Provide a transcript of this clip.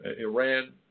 Iran